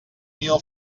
mil